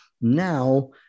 now